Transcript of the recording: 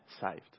saved